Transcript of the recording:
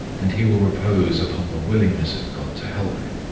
and he will repose upon the willingness of god to help him,